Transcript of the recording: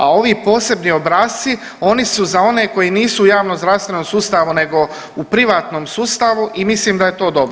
A ovi posebni obrasci oni su za one koji nisu u javnozdravstvenom sustavu nego u privatnom sustavu i mislim da je to dobro.